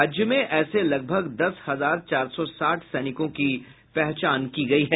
राज्य में ऐसे लगभग दस हजार चार सौ साठ सैनिकों की पहचान की गयी है